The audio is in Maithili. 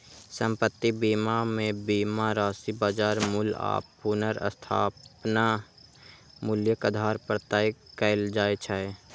संपत्ति बीमा मे बीमा राशि बाजार मूल्य आ पुनर्स्थापन मूल्यक आधार पर तय कैल जाइ छै